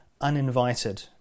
uninvited